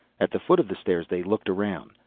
at the foot of the stairs they looked around.